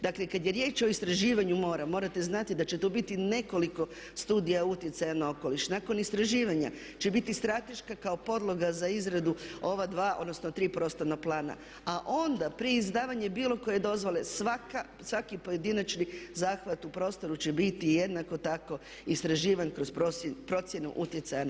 Dakle, kad je riječ o istraživanju mora morate znati da će to biti nekoliko studija utjecaja na okoliš, nakon istraživanja će biti strateška kao podloga za izradu ova dva, odnosno tri prostorna plana a onda prije izdavanja bilo koje dozvole, svaki pojedinačni zahvat u prostoru će biti jednako tako istraživan kroz procjenu utjecaja na